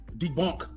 debunk